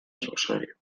rosario